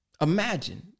Imagine